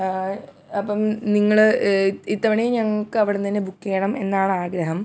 അപ്പം നിങ്ങള് ഇത്തവണയും ഞങ്ങൾക്ക് അവിടുന്ന് തന്നെ ബുക്ക് ചെയ്യണം എന്നാണ് ആഗ്രഹം